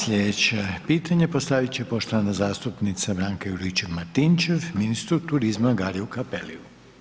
Slijedeće pitanje postavit će poštovana zastupnica Branka Juričev Martinčev ministru turizma Gariu Cappelliu.